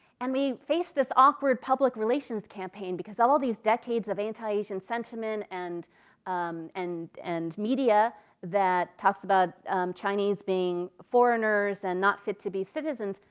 and we face this awkward public relations campaign. all these decades of antiasian sentiment and and and media that talk about chinese being foreigners and not fit to be citizens.